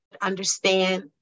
understand